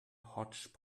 hotch